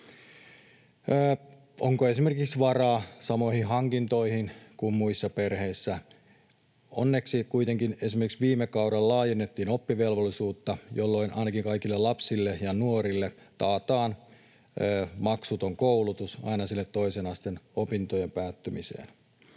Onko esimerkiksi varaa samoihin hankintoihin kuin muissa perheissä? Onneksi kuitenkin viime kaudella esimerkiksi laajennettiin oppivelvollisuutta, jolloin kaikille lapsille ja nuorille taataan ainakin maksuton koulutus aina sinne toisen asteen opintojen päättymiseen.